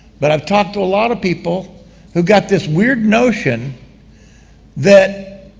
but i've talked to a lot of people who got this weird notion that